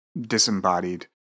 disembodied